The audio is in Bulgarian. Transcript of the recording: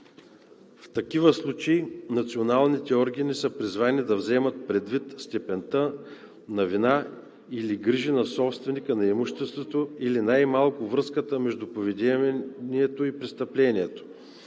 В такива случаи националните органи са призвани да вземат предвид степента на вина или грижи на собственика на имуществото или най-малко връзката между поведението му и престъплението.